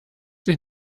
dich